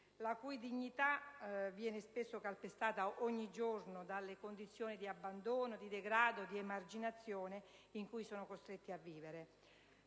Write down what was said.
la cui dignità viene calpestata ogni giorno dalle condizioni di abbandono, di degrado e di emarginazione nelle quali sono costretti a vivere.